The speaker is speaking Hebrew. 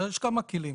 יש כמה כלים.